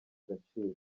agaciro